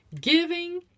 giving